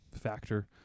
factor